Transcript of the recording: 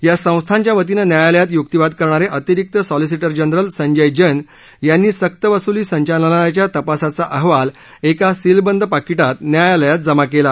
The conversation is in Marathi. या संस्थांच्या वतीनं न्यायालयात य्क्तिवाद करणारे अतिरिक्त सॉलिसिटर जनरल संजय जैन यांनी सक्तवस्ली संचालनालयाच्या तपासाचा अहवाल एका सीलबंद पाकिटात न्यायालयात जमा केला